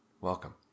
welcome